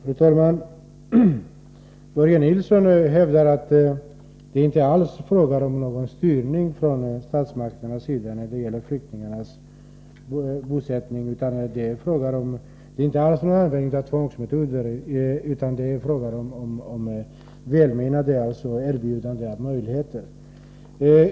Fru talman! Börje Nilsson hävdar att det inte alls är fråga om styrning från statsmakternas sida när det gäller flyktingarnas bosättning. Han menar också att det inte alls är fråga om användning av tvångsmetoder utan att det handlar om välmenande erbjudanden av möjligheter.